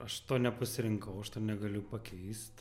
aš to nepasirinkau aš to negaliu pakeist